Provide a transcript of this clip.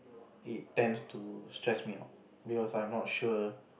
it tends to stress me out because I'm not sure